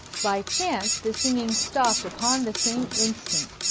by chance the singing stopped upon the same instant,